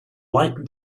like